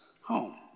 home